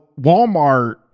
Walmart